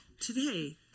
today